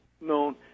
known